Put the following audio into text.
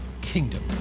Kingdom